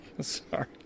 Sorry